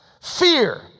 fear